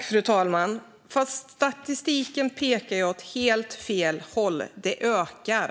Fru talman! Statistiken pekar ändå åt helt fel håll. Detta ökar.